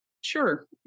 Sure